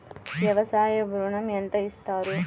వ్యవసాయ ఋణం ఎంత ఇస్తారు?